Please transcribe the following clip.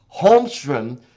Holmstrom